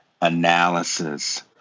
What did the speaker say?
analysis